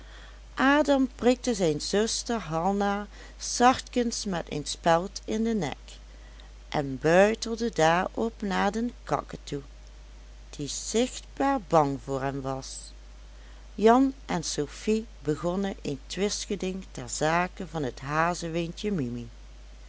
prikte zijn zuster hanna zachtkens met een speld in den nek en buitelde daarop naar den kaketoe die zichtbaar bang voor hem was jan en sofie begonnen een twistgeding ter zake van het hazewindje mimi